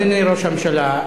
אדוני ראש הממשלה,